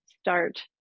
start